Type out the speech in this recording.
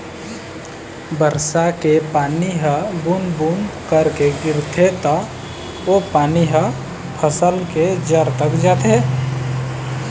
बरसा के पानी ह बूंद बूंद करके गिरथे त ओ पानी ह फसल के जर तक जाथे